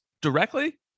directly